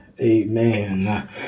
amen